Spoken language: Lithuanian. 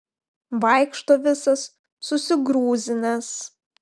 vaikšto visas susigrūzinęs